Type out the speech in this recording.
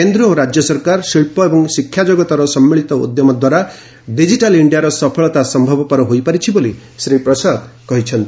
କେନ୍ଦ ଓ ରାଜ୍ୟ ସରକାର ଶିଳ୍ପ ଏବଂ ଶିକ୍ଷାଜଗତର ସମ୍ମିଳିତ ଉଦ୍ୟମ ଦ୍ୱାରା ଡିକ୍କିଟାଲ୍ ଇଣ୍ଡିଆର ସଫଳତା ସମ୍ଭବ ହୋଇପାରିଛି ବୋଲି ଶ୍ରୀ ପ୍ରସାଦ କହିଚ୍ଛନ୍ତି